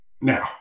Now